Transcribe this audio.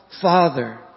Father